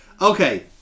Okay